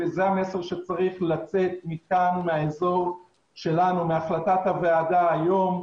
זה המסר שצריך לצאת מכאן, מהחלטת הוועדה היום,